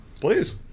Please